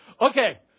Okay